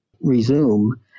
resume